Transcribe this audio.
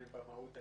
במהות,